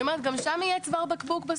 אני אומרת גם שם יהיה צוואר בקבוק.